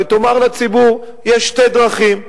ותאמר לציבור: יש שתי דרכים.